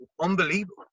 unbelievable